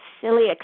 silly